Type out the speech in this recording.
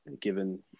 given